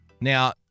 Now